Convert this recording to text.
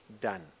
done